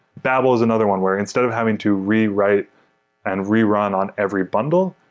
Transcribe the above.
babel is another one where instead of having to rewrite and rerun on every bundle,